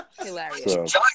Hilarious